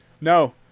no